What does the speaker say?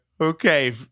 Okay